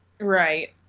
Right